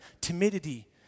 timidity